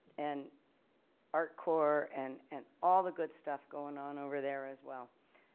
and art core and and all the good stuff going on over there as well.